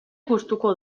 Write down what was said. gustuko